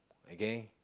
okay